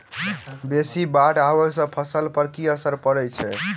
बेसी बाढ़ आबै सँ फसल पर की असर परै छै?